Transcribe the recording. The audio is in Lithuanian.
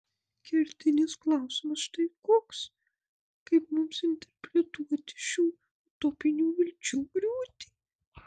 kertinis klausimas štai koks kaip mums interpretuoti šių utopinių vilčių griūtį